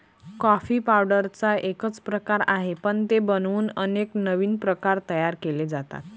coffee पावडरचा एकच प्रकार आहे, पण ते बनवून अनेक नवीन प्रकार तयार केले जातात